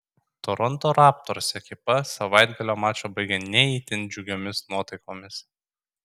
toronto raptors ekipa savaitgalio mačą baigė ne itin džiugiomis nuotaikomis